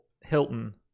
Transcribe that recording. Hilton